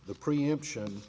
the preemption